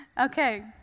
Okay